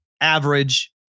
average